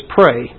pray